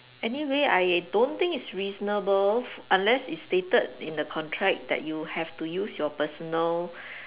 anyway I don't think it's reasonable unless it's stated in the contract that you have to use your personal